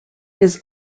his